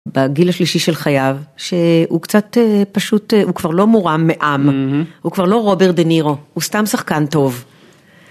בגיל השלישי של חייו שהוא קצת פשוט הוא כבר לא מורם מעם הוא כבר לא רוברט דה נירו הוא סתם שחקן טוב.